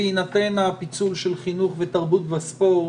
בהינתן הפיצול של חינוך והתרבות והספורט,